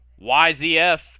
YZF